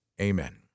amen